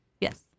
Yes